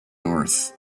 north